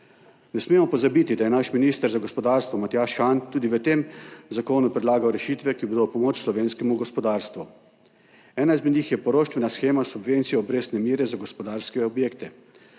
Ne smemo pozabiti, da je naš minister za gospodarstvo Matjaž Han tudi v tem zakonu predlagal rešitve, ki bodo v pomoč slovenskemu gospodarstvu. Ena izmed njih je poroštvena shema subvencije obrestne mere za gospodarske objekte.